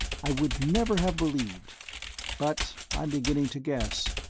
i would never have believed but i'm beginning to guess.